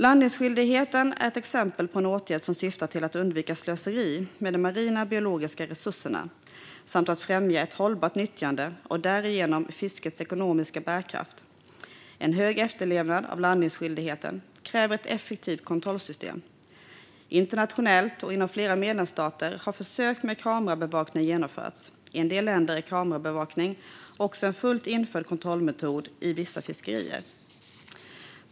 Landningsskyldigheten är ett exempel på en åtgärd som syftar till att undvika slöseri med de marina biologiska resurserna samt att främja ett hållbart nyttjande och därigenom fiskets ekonomiska bärkraft. En hög efterlevnad av landningsskyldigheten kräver ett effektivt kontrollsystem. Internationellt och inom flera medlemsstater har försök med kamerabevakning genomförts. I en del länder är kamerabevakning också en fullt införd kontrollmetod för vissa fiskerier.